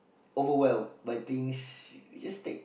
overwhelmed by things you just take